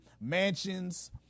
mansions